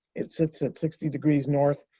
it sits at sixty degrees north.